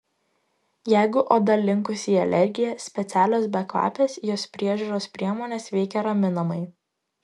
jeigu oda linkusi į alergiją specialios bekvapės jos priežiūros priemonės veikia raminamai